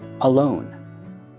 Alone